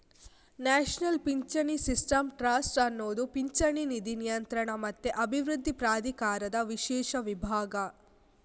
national ಪಿಂಚಣಿ system trust ಅನ್ನುದು ಪಿಂಚಣಿ ನಿಧಿ ನಿಯಂತ್ರಣ ಮತ್ತೆ ಅಭಿವೃದ್ಧಿ ಪ್ರಾಧಿಕಾರದ ವಿಶೇಷ ವಿಭಾಗ